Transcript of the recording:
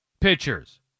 pitchers